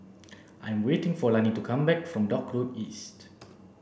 I'm waiting for Lannie to come back from Dock Road East